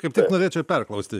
kaip tik norėčiau perklausti